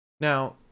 Now